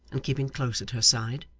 and keeping close at her side.